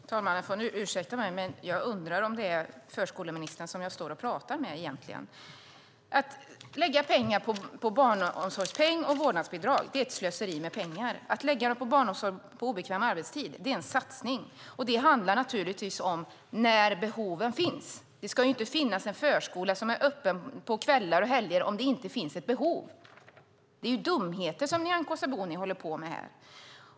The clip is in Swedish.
Herr talman! Ni får ursäkta mig, men jag undrar om det egentligen är förskoleministern jag står och talar med. Att lägga pengar på barnomsorgspeng och vårdnadsbidrag är ett slöseri med pengar. Att lägga dem på barnomsorg på obekväm arbetstid är en satsning. Det handlar naturligtvis om när behoven finns. Det ska inte finnas en förskola som är öppen på kvällar och helger om det inte finns ett behov. Det är dumheter som Nyamko Sabuni håller på med här.